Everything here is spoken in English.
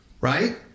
right